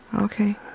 Okay